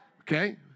Okay